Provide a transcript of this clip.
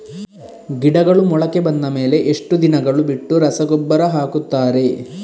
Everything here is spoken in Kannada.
ಗಿಡಗಳು ಮೊಳಕೆ ಬಂದ ಮೇಲೆ ಎಷ್ಟು ದಿನಗಳು ಬಿಟ್ಟು ರಸಗೊಬ್ಬರ ಹಾಕುತ್ತಾರೆ?